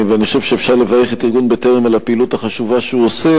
אני חושב שאפשר לברך את ארגון "בטרם" על הפעילות החשובה שהוא עושה,